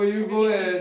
hundred fifty